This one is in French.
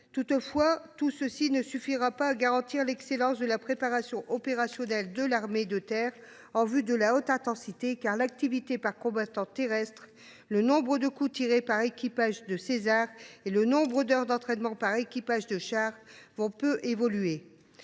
Néanmoins, tout cela ne suffira pas à garantir l’excellence de la préparation opérationnelle de l’armée de terre en vue de conflits de haute intensité. En effet, l’activité par combattant terrestre, le nombre de coups tirés par équipage de canon Caesar et le nombre d’heures d’entraînement par équipage de chars évolueront